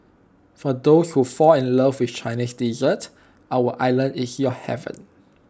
for those who fall in love with Chinese dessert our island is your heaven